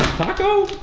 taco,